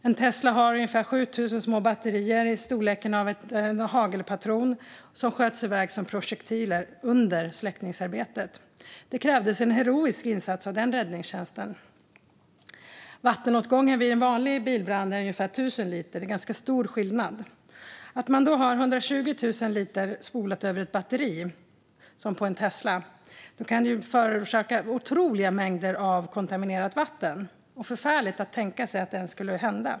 En Tesla har ungefär 7 000 små batterier i en hagelpatrons storlek, och dessa sköts iväg som projektiler under släckningsarbetet. Det krävdes en heroisk insats av den räddningstjänsten. Vattenåtgången vid en vanlig bilbrand är ungefär 1 000 liter, så det är ganska stor skillnad. När 120 000 liter vatten spolas över ett batteri som på en Tesla kan det förorsaka otroliga mängder kontaminerat vatten, och det är förfärligt att tänka sig att det skulle hända.